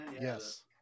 Yes